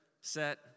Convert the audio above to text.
set